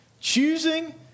Choosing